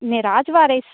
Miraj Waris